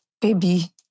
baby